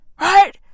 Right